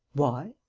why?